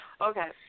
Okay